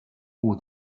who